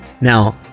Now